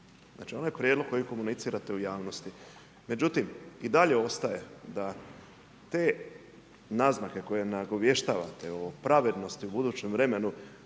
Znači onaj prijedlog kojeg komunicirate u javnosti. Međutim, i dalje ostaje da te naznake, koje nagovještavate o pravilnosti budućem vremenu,